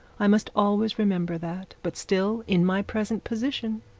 i must always remember that. but still, in my present position,